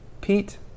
Pete